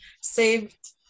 Saved